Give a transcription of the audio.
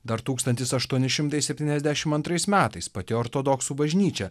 dar tūkstantis aštuoni šimtai septyniasdešimt antrais metais pati ortodoksų bažnyčia